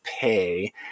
pay